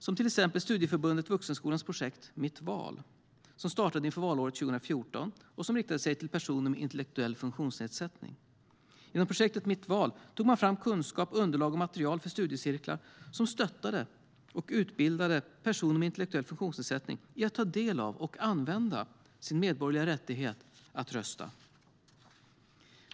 Ett exempel är Studieförbundet Vuxenskolans projekt Mitt Val som startade inför valåret 2014 och som riktade sig till personer med intellektuell funktionsnedsättning. Genom projektet Mitt val tog man fram kunskap, underlag och material för studiecirklar som stöttade och utbildade personer med intellektuell funktionsnedsättning i att ta del av och använda sin medborgerliga rättighet att få rösta.